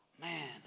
Man